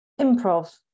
improv